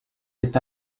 être